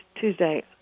Tuesday